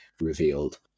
revealed